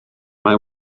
mae